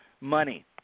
money